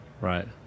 Right